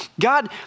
god